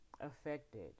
affected